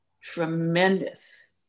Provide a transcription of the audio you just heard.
tremendous